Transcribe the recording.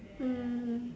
mm